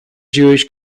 jewish